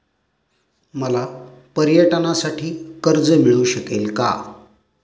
मला पर्यटनासाठी कर्ज मिळू शकेल का?